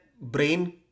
brain